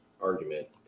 argument